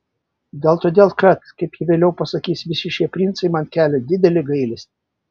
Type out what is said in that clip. gal todėl kad kaip ji vėliau pasakys visi šie princai man kelia didelį gailestį